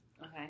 Okay